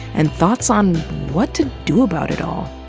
and thoughts on what to do about it all.